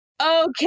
Okay